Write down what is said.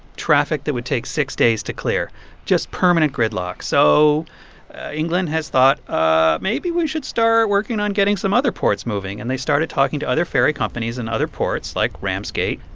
traffic that would take six days to clear just permanent gridlock. so england has thought, ah maybe we should start working on getting some other ports moving. and they started talking to other ferry companies and other ports, like ramsgate,